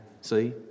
See